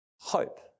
hope